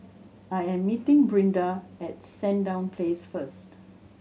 I am meeting Brinda at Sandown Place first